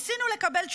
ניסינו לקבל תשובות,